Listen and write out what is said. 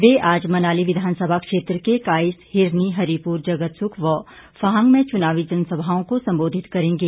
वे आज मनाली विधानसभा क्षेत्र के काईस हिरनी हरिपुर जगतसुख व बाहंग में चुनावी जनसभाओं को संबोधित करेंगे